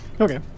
Okay